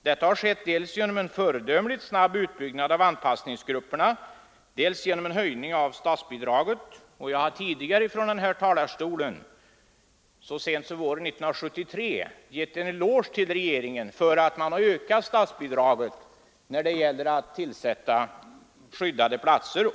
Detta har skett dels genom en föredömligt snabb utbyggnad av anpassningsgrupperna, dels genom höjning av statsbidraget. Jag har tidigare från den här talarstolen — så sent som våren 1973 — givit regeringen en eloge för ökningen av statsbidraget till inrättande av skyddade platser.